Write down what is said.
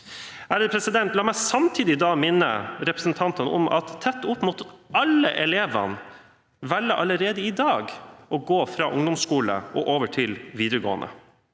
skolen. La meg samtidig minne representantene om at nesten alle elevene velger allerede i dag å gå fra ungdomsskole og over til videregående